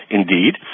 indeed